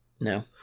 No